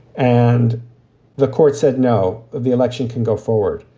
and the court said, no, the election can go forward.